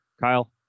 Kyle